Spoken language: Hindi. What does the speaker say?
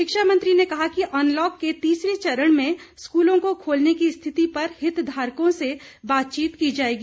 शिक्षा मंत्री ने कहा कि अनलॉक के तीसरे चरण में स्कूलों को खोलने की स्थिति पर हितधारकों से बातचीत की जाएगी